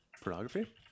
Pornography